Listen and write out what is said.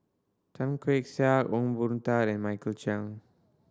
Tan Keong Saik Ong Boon Tat and Michael Chiang